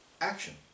action